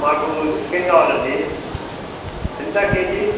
మాకు చికెన్ కావాలి అండి ఎంత కేజీ